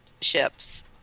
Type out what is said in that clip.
ships